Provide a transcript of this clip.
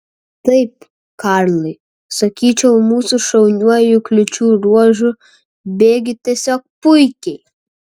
taip karlai sakyčiau mūsų šauniuoju kliūčių ruožu bėgi tiesiog puikiai